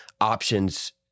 options